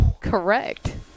Correct